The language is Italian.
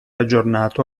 aggiornato